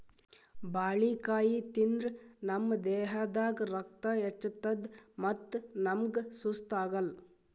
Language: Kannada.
ಬಾಳಿಕಾಯಿ ತಿಂದ್ರ್ ನಮ್ ದೇಹದಾಗ್ ರಕ್ತ ಹೆಚ್ಚತದ್ ಮತ್ತ್ ನಮ್ಗ್ ಸುಸ್ತ್ ಆಗಲ್